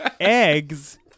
eggs